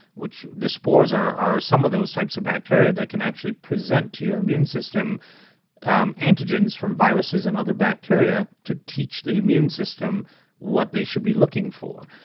which the spores are. some of those types of bacteria that can actually present to your immune system um antigens from viruses and other bacteria to teach the immune system what they should be looking for.